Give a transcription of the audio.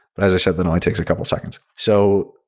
but as i said, that only takes a couple of seconds. so,